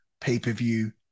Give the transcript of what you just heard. pay-per-view